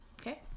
okay